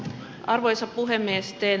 arvoisa puhemies teen